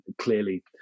clearly